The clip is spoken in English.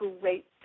great